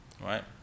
right